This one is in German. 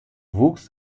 wuchs